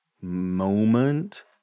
moment